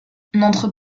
n’entre